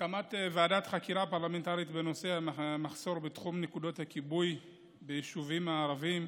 חקירה פרלמנטרית בנושא: המחסור בתחום נקודות הכיבוי ביישובים הערביים.